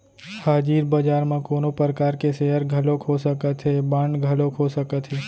हाजिर बजार म कोनो परकार के सेयर घलोक हो सकत हे, बांड घलोक हो सकत हे